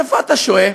איפה אתה שוהה?